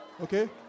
Okay